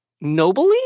nobly